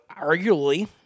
arguably